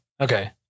Okay